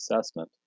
Assessment